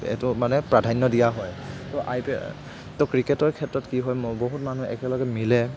এইটো মানে প্ৰাধান্য় দিয়া হয় ত' আইপিএলটো ক্ৰিকেটৰ ক্ষেত্ৰত কি হয় বহু মানুহ একেলগে মিলে